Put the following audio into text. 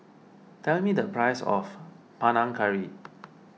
tell me the price of Panang Curry